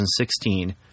2016